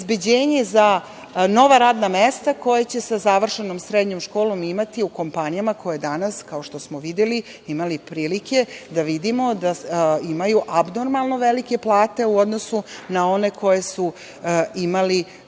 obezbeđenje za nova radna mesta koja će sa završenom srednjom školom imati u kompanijama koje danas, kao što smo imali prilike da vidimo, imaju abnormalno velike plate u odnosu na one koje su imali